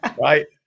Right